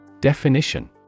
Definition